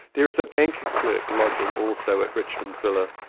there is a bank clerk lodging also at richmond villa.